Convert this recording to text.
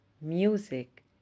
music